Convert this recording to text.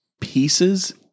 pieces